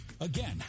Again